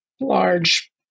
large